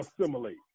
assimilate